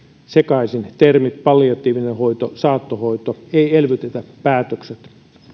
sekaisin termit palliatiivinen hoito saattohoito ei elvytetä päätökset